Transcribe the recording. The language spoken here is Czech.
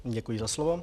Děkuji za slovo.